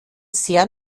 sehr